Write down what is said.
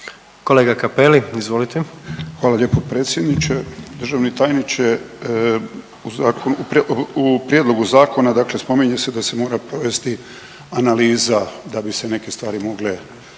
**Cappelli, Gari (HDZ)** Hvala lijepo predsjedniče. Državni tajniče, u zakonu, u prijedlogu zakona dakle spominje se da se mora provesti analiza da bi se neke stvari mogle